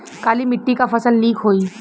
काली मिट्टी क फसल नीक होई?